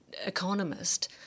economist